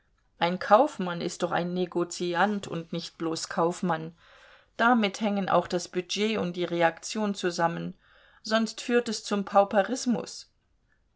ein kaufmann ist doch ein negoziant und nicht bloß kaufmann damit hängen auch das budget und die reaktion zusammen sonst führt es zum